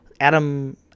Adam